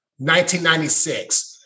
1996